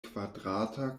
kvadrata